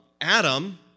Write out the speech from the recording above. Adam